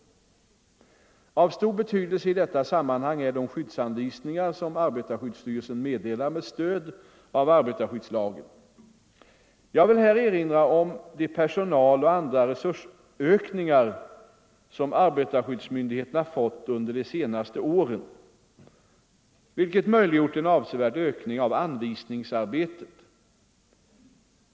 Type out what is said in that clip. Av stor betydelse i detta sammanhang är de skyddsanvisningar som arbetarskyddsstyrelsen meddelar med stöd av arbetarskyddslagen. Jag vill här erinra om de personaloch andra resursökningar som arbetarskyddsmyndigheterna fått under de senaste åren, vilket möjliggjort en avsevärd ökning av anvisningsarbetet.